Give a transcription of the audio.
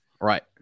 Right